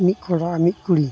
ᱢᱤᱫ ᱠᱚᱲᱟ ᱟᱨ ᱢᱤᱫ ᱠᱩᱲᱤ